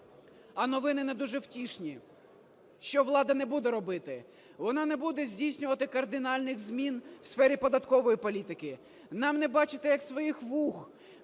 А новини не дуже втішні – що влада не буде робити. Вона не буде здійснювати кардинальних змін у сфері податкової політики. Нам не бачити, як своїх вух,